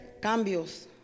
Cambios